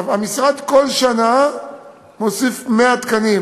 המשרד כל שנה מוסיף 100 תקנים,